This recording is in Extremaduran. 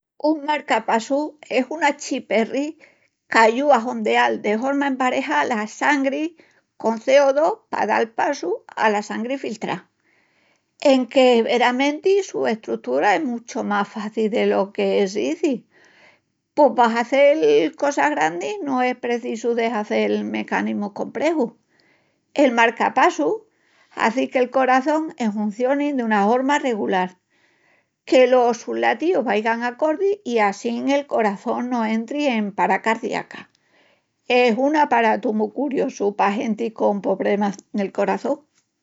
Un marcapassus es un achiperri qu'ayúa a hondeal de horma emparejá la sangri con c o dos pa dal passu ala sangri filtrá. Enque veramenti su estrutura es muchu más faci de que lo que s'izi, pos pa hazel cosas grandis no es precisu de hazel mecanismus comprexus. El marcapassus hazi que'l coraçón enhuncioni duna horma regulal, que los sus latíus vaigan acordi i assín el coraçón no entri en pará cardiaca, es un aparatu mu curiosu pa genti con pobremas nel coraçón.